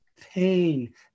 pain